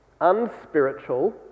unspiritual